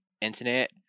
internet